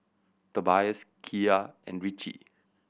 Tobias Kiya and Richie